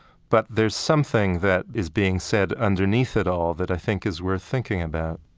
but there's something that is being said underneath it all that i think is worth thinking about